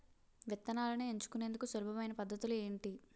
విత్తనాలను ఎంచుకునేందుకు సులభమైన పద్ధతులు ఏంటి?